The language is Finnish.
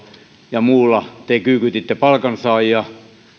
ja muulla te kyykytitte palkansaajia